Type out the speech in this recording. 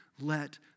let